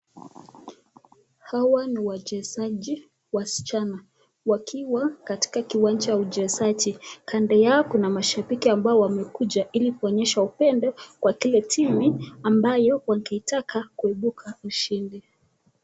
Hawa ni wachezaji wasichana wakiwa katika uwanja uchezaji kando ya kuna mashabiki ambao hili kuonyesha upendo Kwa hile timu ambaye wangeitaka kuebuka ushindi.